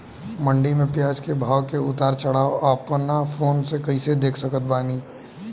मंडी मे प्याज के भाव के उतार चढ़ाव अपना फोन से कइसे देख सकत बानी?